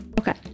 Okay